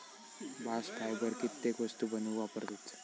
bast fibre कित्येक वस्तू बनवूक वापरतत